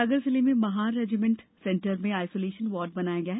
सागर जिले में Mahar regiment centre में आइसोलेशन वार्ड बनाया गया है